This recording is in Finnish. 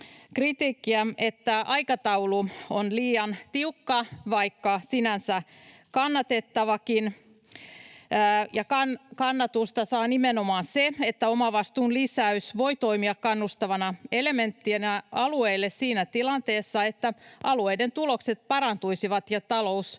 kritiikkiä, että aikataulu on liian tiukka, vaikka sinänsä kannatettavakin. Kannatusta saa nimenomaan se, että omavastuun lisäys voi toimia kannustavana elementtinä alueille siinä tilanteessa, että alueiden tulokset parantuisivat ja talous